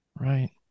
Right